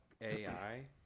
AI